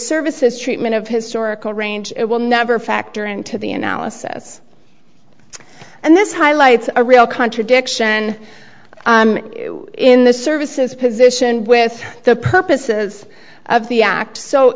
services treatment of historical range it will never factor into the analysis and this highlights a real contradiction in the services position with the purposes of the act so